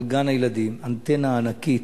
על גן-הילדים אנטנה ענקית,